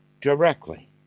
directly